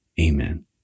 Amen